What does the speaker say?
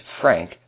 Frank